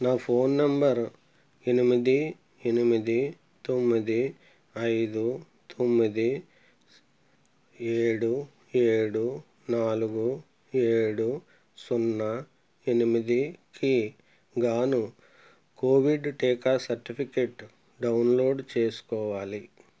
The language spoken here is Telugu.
నా ఫోన్ నెంబర్ ఎనిమిది ఎనిమిది తొమ్మిది ఐదు తొమ్మిది ఏడు ఏడు నాలుగు ఏడు సున్నా ఎనిమిదికి గాను కోవిడ్ టీకా సర్టిఫికెట్ డౌన్లోడ్ చేసుకోవాలి